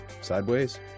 sideways